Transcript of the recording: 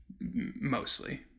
mostly